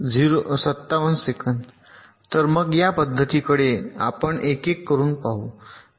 तर मग या पध्दतींकडे आपण एक एक करून पाहू